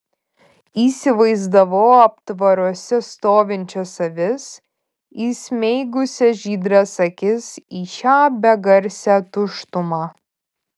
įsivaizdavau aptvaruose stovinčias avis įsmeigusias žydras akis į šią begarsę tuštumą